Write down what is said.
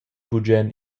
bugen